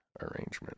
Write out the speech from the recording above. arrangement